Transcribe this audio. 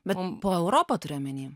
bet po europą turiu omeny